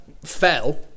fell